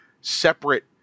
separate